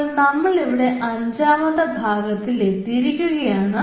അപ്പോൾ നമ്മളിവിടെ അഞ്ചാമത്തെ ഭാഗത്തിലെത്തിയിരിക്കുകയാണ്